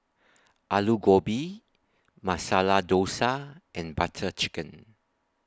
Alu Gobi Masala Dosa and Butter Chicken